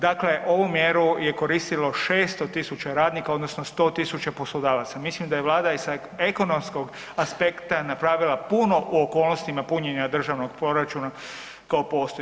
Dakle, ovu mjeru je koristilo 600 000 radnika odnosno 100 000 poslodavaca, mislim da je Vlada i sa ekonomskog aspekta napravila puno u okolnostima punjenja državnog proračuna koji postoji.